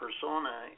persona